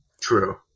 true